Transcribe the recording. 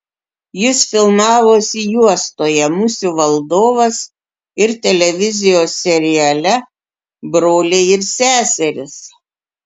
jis filmavosi juostoje musių valdovas ir televizijos seriale broliai ir seserys